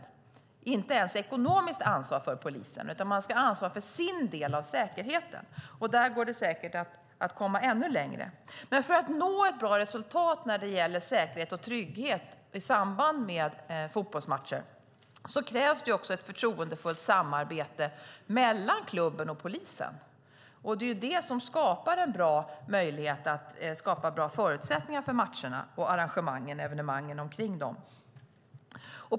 De ska inte ens ha ett ekonomiskt ansvar för polisen, utan de ska ha ansvar för sin del av säkerheten. Där går det säkert att komma ännu längre. För att nå ett bra resultat när det gäller säkerhet och trygghet i samband fotbollsmatcher krävs det också ett förtroendefullt samarbete mellan klubben och polisen. Det är det som skapar bra förutsättningar för matcherna, arrangemangen och evenemangen omkring dem.